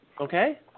Okay